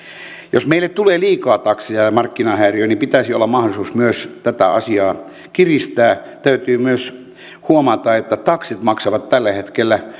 jos meille tulee liikaa takseja ja ja markkinahäiriötä niin pitäisi olla mahdollisuus myös tätä asiaa kiristää täytyy myös huomata että taksit maksavat tällä hetkellä